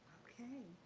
okay.